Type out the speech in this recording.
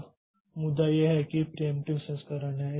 अब मुद्दा यह है कि यह एक प्रियेंप्टिव संस्करण है